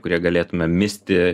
kurie galėtume misti